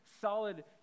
solid